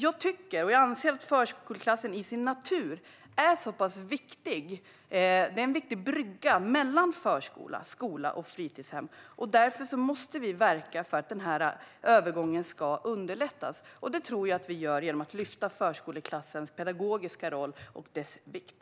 Jag anser dock att förskoleklassen till sin natur är en viktig brygga mellan förskola, skola och fritidshem. Därför måste vi verka för att övergången ska underlättas, och det tror jag att vi gör genom att lyfta fram förskoleklassens pedagogiska roll och dess vikt.